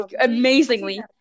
Amazingly